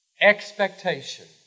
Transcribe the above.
expectation